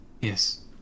Yes